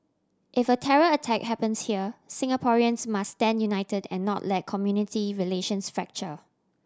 if a terror attack happens here Singaporeans must stand united and not let community relations fracture